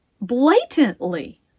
blatantly